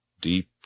Deep